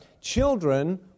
children